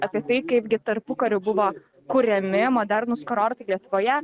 apie tai kaipgi tarpukariu buvo kuriami modernūs kurortai lietuvoje